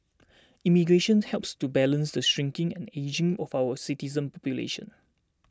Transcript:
immigration helps to balance the shrinking and ageing of our citizen population